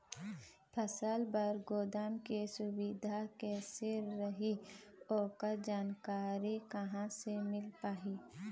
फसल बर गोदाम के सुविधा कैसे रही ओकर जानकारी कहा से मिल पाही?